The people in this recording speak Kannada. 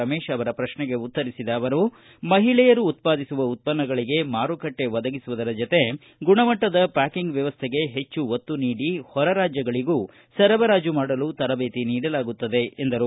ರಮೇಶ್ ಪ್ರಶ್ನೆಗೆ ಉತ್ತರಿಸಿದ ಅವರು ಮಹಿಳೆಯರು ಉತ್ಪಾದಿಸುವ ಉತ್ಪನ್ನಗಳಿಗೆ ಮಾರುಕಟ್ಟೆ ಒದಗಿಸುವ ಜತೆ ಗುಣಮಟ್ಟದ ಪ್ಯಾಕಿಂಗ್ ವ್ಯವಸ್ಠೆಗೆ ಹೆಚ್ಚು ಒತ್ತು ನೀಡಿ ಹೊರ ರಾಜ್ಯಗಳಿಗೂ ಸರಬರಾಜು ಮಾಡಲು ತರಬೇತಿ ನೀಡಲಾಗುತ್ತದೆ ಎಂದರು